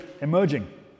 emerging